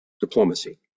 diplomacy